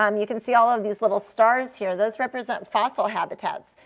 um you can see all of these little stars here. those represent fossil habitats.